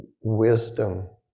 wisdom